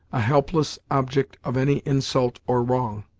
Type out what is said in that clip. a helpless object of any insult, or wrong,